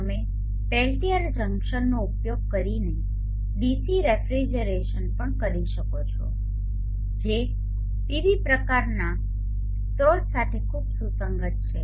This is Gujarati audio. તમે પેલ્ટીયર જંકશનનો ઉપયોગ કરીને ડીસી રેફ્રિજરેશન પણ કરી શકો છો જે પીવી પ્રકારનાં સ્રોત સાથે ખૂબ સુસંગત છે